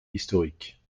historiques